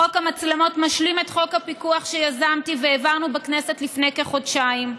חוק המצלמות משלים את חוק הפיקוח שיזמתי והעברנו בכנסת לפני כחודשיים,